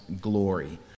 Glory